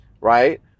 right